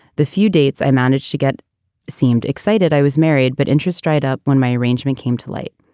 the few dates i managed to get seemed excited. i was married, but interest dried up when my arrangement came to light.